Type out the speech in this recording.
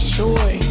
joy